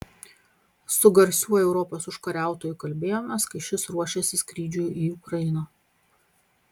su garsiuoju europos užkariautoju kalbėjomės kai šis ruošėsi skrydžiui į ukrainą